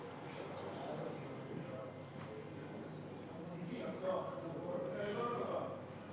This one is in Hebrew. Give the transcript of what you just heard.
פיקוח אלקטרוני על עצור ועל אסיר משוחרר על-תנאי (תיקוני חקיקה),